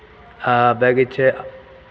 आ बाँकी छै